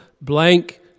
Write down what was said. blank